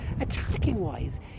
attacking-wise